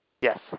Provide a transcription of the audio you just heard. Yes